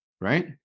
right